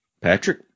Patrick